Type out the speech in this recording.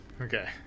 Okay